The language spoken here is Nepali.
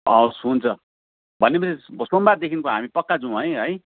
हवस् हुन्छ भनेपछि सोमवारदेखिको हामी पक्का जाउँ है है